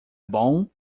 bom